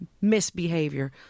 misbehavior